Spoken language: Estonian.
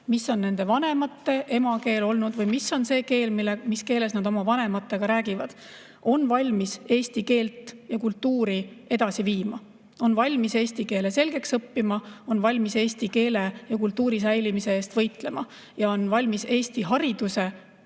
mis on olnud nende vanemate emakeel või mis keeles nad oma vanematega räägivad – on valmis eesti keelt ja kultuuri edasi viima, on valmis eesti keele selgeks õppima, on valmis eesti keele ja kultuuri säilimise eest võitlema ning on valmis Eesti hariduse